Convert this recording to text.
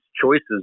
choices